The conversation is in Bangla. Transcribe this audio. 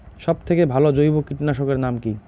সব থেকে ভালো জৈব কীটনাশক এর নাম কি?